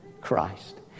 Christ